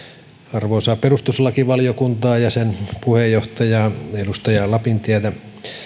arvoisaa perustuslakivaliokuntaa ja sen puheenjohtajaa edustaja lapintietä